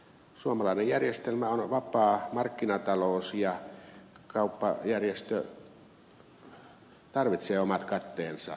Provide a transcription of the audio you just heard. suomalainen järjestelmä on vapaa markkinatalous ja kauppajärjestelmä tarvitsee omat katteensa